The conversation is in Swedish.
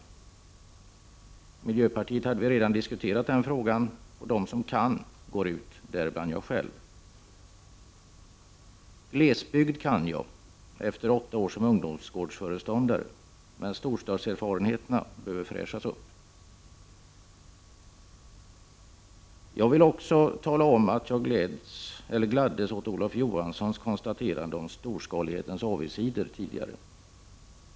I miljöpartiet hade vi redan diskuterat den frågan, och de som kan går ut, däribland jag själv. Glesbygd kan jag efter åtta år som ungdomsgårdsföreståndare, men storstadserfarenheterna behöver fräschas upp. Jag vill också tala om att jag gladdes åt Olof Johanssons konstaterande om storskalighetens avigsidor.